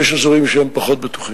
ויש אזורים שהם פחות בטוחים.